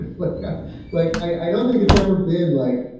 like ah like i don't think it's ever been like,